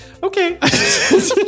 Okay